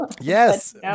Yes